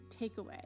takeaway